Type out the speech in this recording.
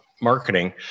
marketing